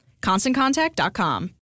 ConstantContact.com